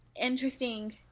interesting